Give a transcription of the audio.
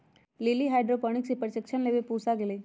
lily hydroponics के प्रशिक्षण लेवे पूसा गईलय